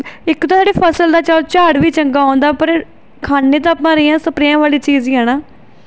ਇੱਕ ਤਾਂ ਜਿਹੜੀ ਫਸਲ ਦਾ ਜਦੋਂ ਝਾੜ ਵੀ ਚੰਗਾ ਆਉਂਦਾ ਪਰ ਖਾਂਦੇ ਤਾਂ ਆਪਾਂ ਰੇਹਾਂ ਸਪਰੇਆਂ ਵਾਲੀ ਚੀਜ਼ ਹੀ ਹੈ ਨਾ